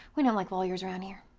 we don't like lawyers around here.